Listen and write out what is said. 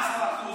12%